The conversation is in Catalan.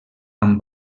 amb